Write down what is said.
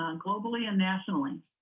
um globally and nationally.